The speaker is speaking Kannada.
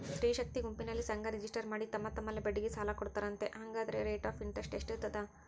ಸ್ತ್ರೇ ಶಕ್ತಿ ಗುಂಪಿನಲ್ಲಿ ಸಂಘ ರಿಜಿಸ್ಟರ್ ಮಾಡಿ ತಮ್ಮ ತಮ್ಮಲ್ಲೇ ಬಡ್ಡಿಗೆ ಸಾಲ ಕೊಡ್ತಾರಂತೆ, ಹಂಗಾದರೆ ರೇಟ್ ಆಫ್ ಇಂಟರೆಸ್ಟ್ ಎಷ್ಟಿರ್ತದ?